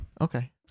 okay